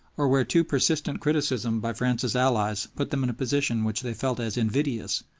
or where too persistent criticism by france's allies put them in a position which they felt as invidious,